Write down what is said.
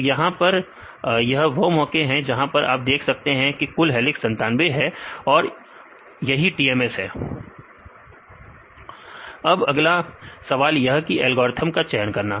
तो 612 अब अगला सवाल यह कि एल्गोरिथ्म का चयन करना